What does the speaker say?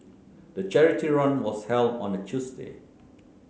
the charity run was held on a Tuesday